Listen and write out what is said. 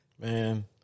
Man